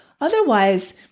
Otherwise